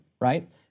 right